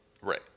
Right